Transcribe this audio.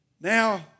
Now